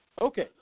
Okay